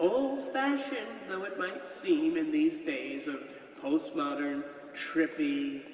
old-fashioned though it might seem in these days of postmodern, trippy,